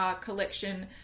collection